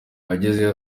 agezeyo